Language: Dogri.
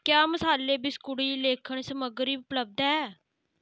क्या मसाले बिस्कुट लेखन समग्गरी उपलब्ध ऐ